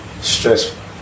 stressful